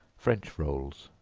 french rolls.